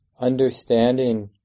understanding